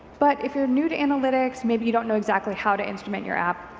but if you're new to analytics, maybe you don't know exactly how to instrument your app,